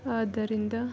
ಆದ್ದರಿಂದ